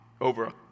over